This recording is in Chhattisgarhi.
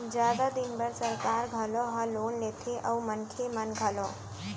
जादा दिन बर सरकार घलौ ह लोन लेथे अउ मनखे मन घलौ